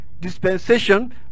dispensation